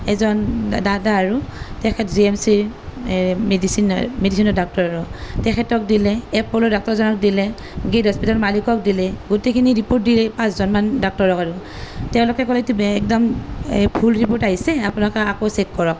এজন দাদা আৰু তেখেত জি এম চিৰ মেডিচিন মেডিচিনৰ ডাক্টৰ আৰু তেখেতক দিলে এপ'লোৰ ডাক্টৰ এজনক দিলে গে'ট হস্পিটালৰ মালিকক দিলে গোটেইখিনি ৰীপৰ্ট দিলে পাঁচজনমান ডাক্টৰক আৰু তেওঁলোকে ক'লেতো একদম ভুল ৰীপৰ্ট আহিছে আপোনালোকে আকৌ চেক কৰক